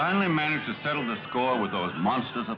i only managed to settle the score with those monsters